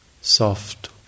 soft